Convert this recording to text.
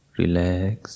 relax